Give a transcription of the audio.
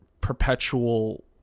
perpetual